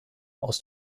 aus